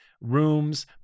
rooms